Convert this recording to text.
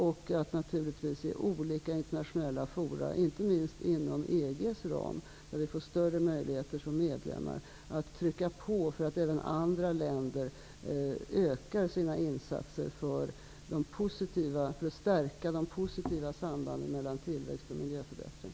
Det handlar vidare om att i olika internationella forum -- inte minst inom EG:s ram, där vi som medlemmar får större möjligheter -- utöva påtryckningar så, att även andra länder ökar sina insatser för att stärka de positiva sambanden mellan tillväxt och miljöförbättring.